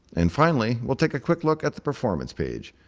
and finally, we'll take a quick look at the performance page.